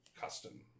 custom